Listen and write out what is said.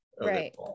Right